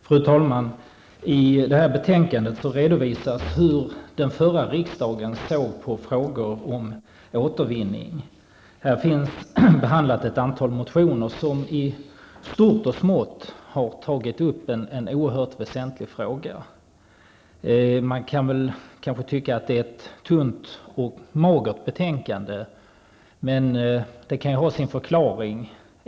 Fru talman! I detta betänkande redovisas hur den förra riksdagen såg på frågor om återvinning. Här har behandlats ett antal motioner som i stort och smått har tagit upp en oerhört väsentlig fråga. Man kan kanske tycka att det är ett magert betänkande, men det kan ha sina förklaringar.